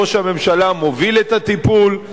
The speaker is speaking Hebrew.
ראש הממשלה מוביל את הטיפול,